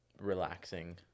relaxing